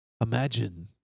Imagine